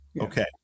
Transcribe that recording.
Okay